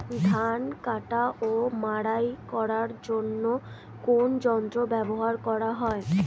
ধান কাটা ও মাড়াই করার জন্য কোন যন্ত্র ব্যবহার করা হয়?